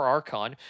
Archon